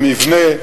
במבנה,